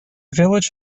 village